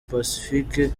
pacifique